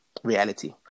reality